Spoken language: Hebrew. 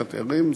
קצת ערים,